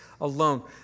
alone